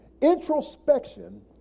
Introspection